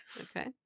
Okay